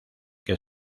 que